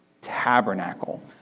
Tabernacle